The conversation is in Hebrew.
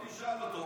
בסוף תשאל אותו,